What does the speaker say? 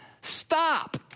Stop